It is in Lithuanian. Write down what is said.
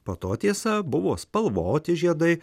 po to tiesa buvo spalvoti žiedai